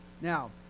Now